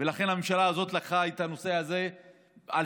ולכן הממשלה הזאת לקחה את הנושא הזה לסדר-יומה.